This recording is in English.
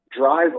drive